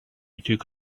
took